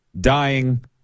dying